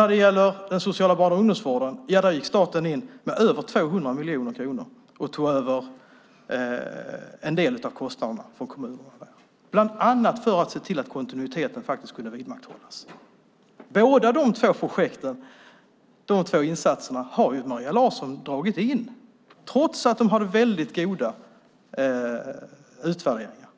När det gäller den sociala barn och ungdomsvården gick staten in med över 200 miljoner kronor och tog över en del av kostnaderna från kommunerna. Det var bland annat för att se till att kontinuiteten skulle vidmakthållas. Båda dessa två insatser har Maria Larsson dragit in. Trots att de hade goda utvärderingar